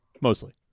Mostly